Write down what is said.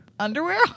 underwear